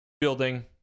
building